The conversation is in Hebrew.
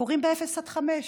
קורים בגיל אפס עד חמש,